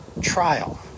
trial